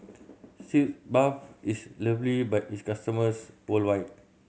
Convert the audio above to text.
Sitz Bath is lovely by its customers worldwide